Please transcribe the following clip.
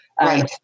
Right